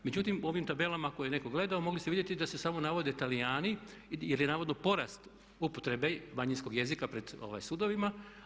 Međutim, u ovim tabelama koje je netko gledao mogli ste vidjeti da se samo navode Talijani, jer je naravno porast upotrebe manjinskog jezika pred sudovima.